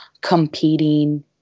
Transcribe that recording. competing